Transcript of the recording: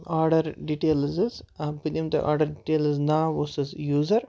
order details حظ آ بہٕ دِمہٕ تۄہہِ آرڈر ڈِٹیلٕز ناو اوسُس یوٗزر